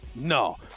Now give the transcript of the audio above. No